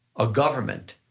a government,